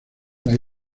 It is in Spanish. las